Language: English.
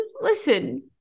listen